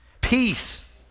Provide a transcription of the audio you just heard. Peace